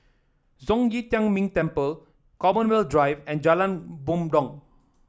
Zhong Yi Tian Ming Temple Commonwealth Drive and Jalan Bumbong